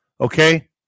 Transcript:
okay